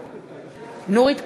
בעד נורית קורן,